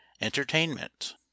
ENTERTAINMENT